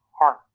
heart